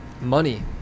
Money